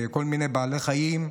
בכל מיני בעלי חיים,